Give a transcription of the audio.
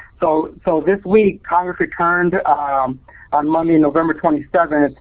so so, this week, congress returned ah um on monday, november twenty seven,